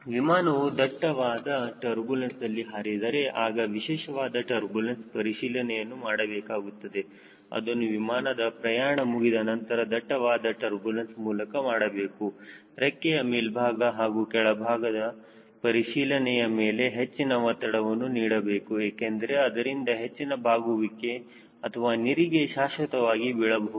ವಿಮಾನವು ದಟ್ಟವಾದ ಟರ್ಬುಲೆನ್ಸ್ದಲ್ಲಿ ಹಾರಿದರೆ ಆಗ ವಿಶೇಷವಾದ ಟರ್ಬುಲೆನ್ಸ್ ಪರಿಶೀಲನೆಯನ್ನು ಮಾಡಬೇಕಾಗುತ್ತದೆ ಅದನ್ನು ವಿಮಾನದ ಪ್ರಯಾಣ ಮುಗಿದ ನಂತರ ದಟ್ಟವಾದ ಟರ್ಬುಲೆನ್ಸ್ ಮೂಲಕ ಮಾಡಬೇಕು ರೆಕ್ಕೆಯ ಮೇಲ್ಭಾಗ ಹಾಗೂ ಕೆಳಭಾಗದ ಪರಿಶೀಲನೆಯ ಮೇಲೆ ಹೆಚ್ಚಿನ ಒತ್ತಡವನ್ನು ನೀಡಬೇಕು ಏಕೆಂದರೆ ಅದರಿಂದ ಹೆಚ್ಚಿನ ಬಾಗುವಿಕೆ ಅಥವಾ ನಿರಿಗೆ ಶಾಶ್ವತವಾಗಿ ಬೀಳಬಹುದು